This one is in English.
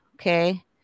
okay